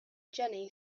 jenny